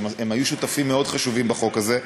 הם היו שותפים מאוד חשובים בחוק הזה.